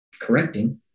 correcting